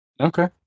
Okay